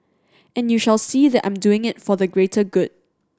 and you shall see that I'm doing it for the greater good